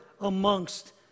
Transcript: amongst